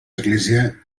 església